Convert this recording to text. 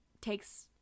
takes